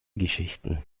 geschichten